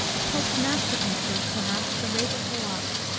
pope's masterpiece is, perhaps, the rape of the lock,